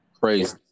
Crazy